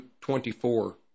24